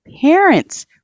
parents